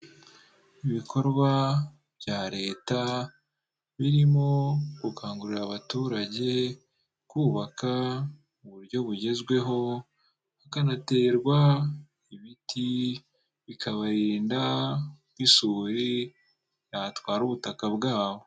Ibikorwa bya leta birimo gukangurira abaturage kubaka uburyo bugezweho hakanaterwa ibiti bikabarinda nk'isuri yatwara ubutaka bwabo.